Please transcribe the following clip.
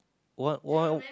one one